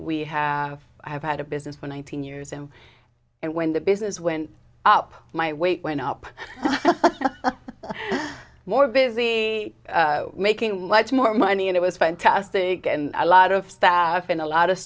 we have i have had a business for nineteen years and when the business went up my weight went up more busy making much more money and it was fantastic and a lot of staff in a lot of